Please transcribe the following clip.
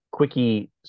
Quickie